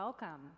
Welcome